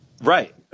Right